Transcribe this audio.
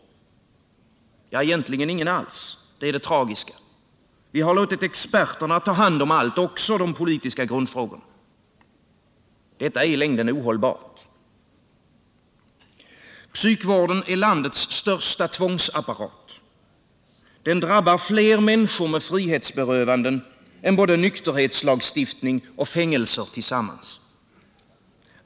Ja, egentligen ingen alls — det är det tragiska. Vi har låtit experterna ta hand om allt, också de politiska grundfrågorna. Detta är i längden ohållbart. Psykvården är landets största tvångsapparat. Den drabbar fler människor med frihetsberövanden än både nykterhetslagstiftning och fängelser tillsammans.